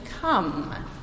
come